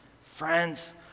Friends